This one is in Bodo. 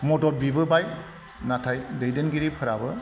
मदद बिबोबाय नाथाय दैदेनगिरिफोराबो